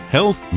Health